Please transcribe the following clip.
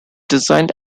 designed